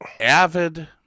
avid